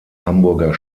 hamburger